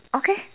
okay